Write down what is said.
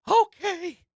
Okay